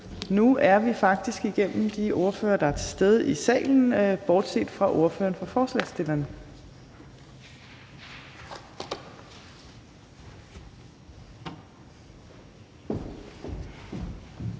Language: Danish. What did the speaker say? Nu er vi faktisk igennem de ordførere, der er til stede i salen, bortset fra ordføreren for forslagsstillerne,